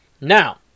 Now